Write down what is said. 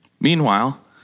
Meanwhile